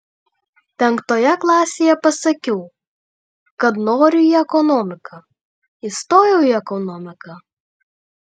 penktoje klasėje pasakiau kad noriu į ekonomiką įstojau į ekonomiką